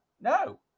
No